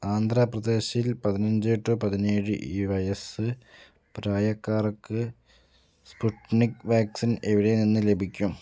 ആന്ധ്രാപ്രദേശിൽ പതിനഞ്ച് ടു പതിനേഴ് ഈ വയസ്സ് പ്രായക്കാർക്ക് സ്പുട്നിക് വാക്സിൻ എവിടെ നിന്ന് ലഭിക്കും